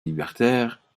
libertaire